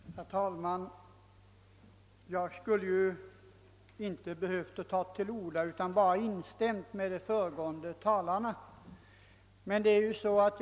Herr talman! Jag skulle egentligen inte behövt ta till orda utan kunde ha nöjt mig med att instämma med de föregående talarna.